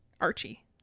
Archie